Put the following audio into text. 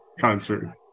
concert